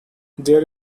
there